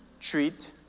treat